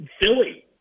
Philly